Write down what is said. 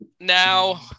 Now